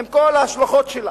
עם כל ההשלכות שלה,